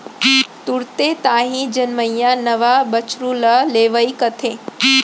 तुरते ताही जनमइया नवा बछरू ल लेवई कथें